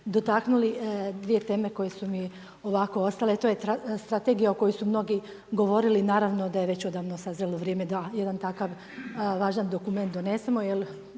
dotaknuli 2 teme koje su mi ovako ostali, to je strategija o kojoj su mnogi govorili i naravno da je već odavno sazrjelo vrijeme da jedan takav važan dokument donesemo,